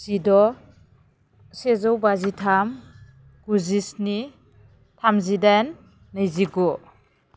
जिद' सेजौबाजिथाम गुजिस्नि थामजिदाइन नैजिगु